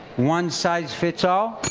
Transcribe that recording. one size fits all.